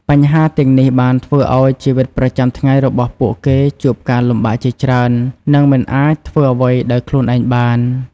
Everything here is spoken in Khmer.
បញ្ហាទាំងនេះបានធ្វើឱ្យជីវិតប្រចាំថ្ងៃរបស់ពួកគេជួបការលំបាកជាច្រើន និងមិនអាចធ្វើអ្វីដោយខ្លួនឯងបាន។